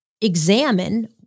examine